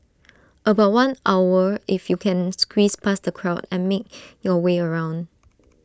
about one hour if you can squeeze past the crowd and make your way around